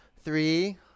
three